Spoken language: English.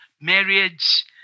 marriage